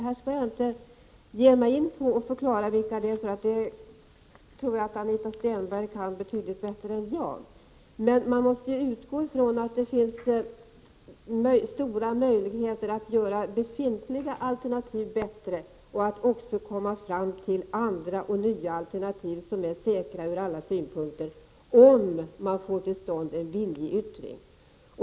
Jag skall här inte ge mig in på att redogöra för vilka de är. Det tror jag att Anita Stenberg kan betydligt bättre än jag. Det finns stora möjligheter att göra befintliga alternativ bättre och också att finna andra och nya alternativ som är säkra i alla avseenden, om man får till stånd en viljeyttring.